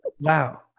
Wow